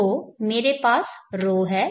तो मेरे पास ρ है